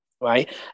right